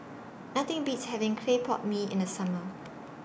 Nothing Beats having Clay Pot Mee in The Summer